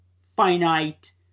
finite